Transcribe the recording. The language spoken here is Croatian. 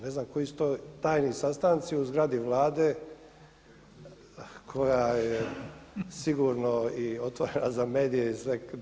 Ne znam koji su to tajni sastanci u zgradi Vlade koja je sigurno i otvorena za medije i sve.